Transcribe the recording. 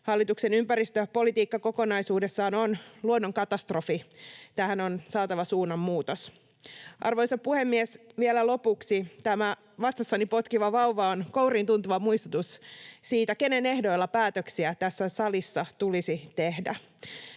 Hallituksen ympäristöpolitiikka kokonaisuudessaan on luonnonkatastrofi. Tähän on saatava suunnanmuutos. Arvoisa puhemies! Vielä lopuksi: Tämä vatsassani potkiva vauva on kouriintuntuva muistutus siitä, kenen ehdoilla päätöksiä tässä salissa tulisi tehdä.